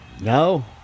No